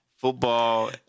Football